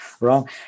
wrong